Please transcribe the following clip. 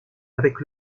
avec